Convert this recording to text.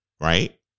Right